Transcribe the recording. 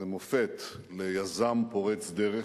ומופת ליזם פורץ דרך,